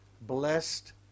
blessed